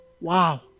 Wow